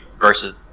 versus